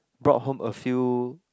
brought home a few